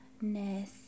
Ness